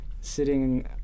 sitting